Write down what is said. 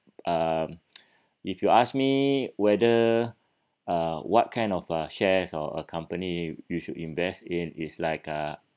um if you ask me whether uh what kind of uh shares or a company you should invest in is like uh